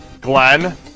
Glenn